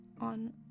on